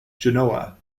genoa